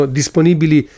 disponibili